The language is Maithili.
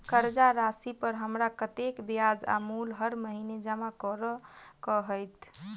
कर्जा राशि पर हमरा कत्तेक ब्याज आ मूल हर महीने जमा करऽ कऽ हेतै?